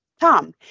Tom